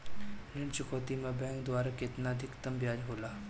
ऋण चुकौती में बैंक द्वारा केतना अधीक्तम ब्याज होला?